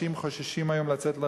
אנשים חוששים היום לצאת לרחוב.